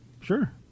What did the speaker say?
Sure